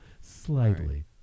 Slightly